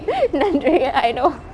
நன்றி:nandri I know